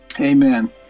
Amen